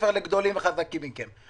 עושים פה דבר טוב.